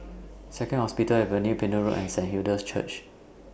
Second Hospital Avenue Pender Road and Saint Hilda's Church